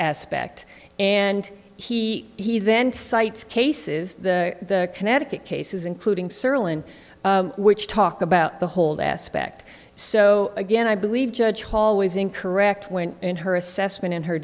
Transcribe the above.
aspect and he he then cites cases the connecticut cases including several in which talk about the whole aspect so again i believe judge hallways in correct went in her assessment in her